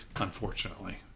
unfortunately